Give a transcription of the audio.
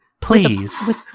Please